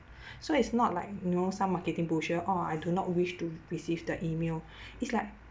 so it's not like you know some marketing brochure oh I do not wish to receive the email it's like